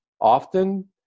often